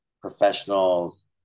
professionals